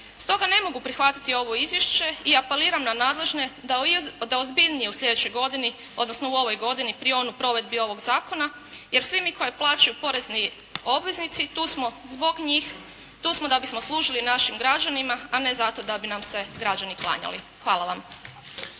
Stoga ne mogu prihvatiti ovo izvješće i apeliram na nadležne da ozbiljnije u slijedećoj godini, odnosno u ovoj godini prionu provedbi ovog zakona jer svi mi koje plaćaju porezni obveznici, tu smo zbog njih, tu smo da bismo služili našim građanima, a ne zato da bi nam se građani klanjali. Hvala vam.